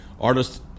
artists